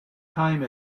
time